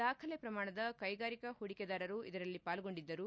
ದಾಖಲೆ ಪ್ರಮಾಣದ ಕೈಗಾರಿಕೆ ಹೂಡಿಕೆದಾರರು ಇದರಲ್ಲಿ ಪಾಲ್ಗೊಂಡಿದ್ದರು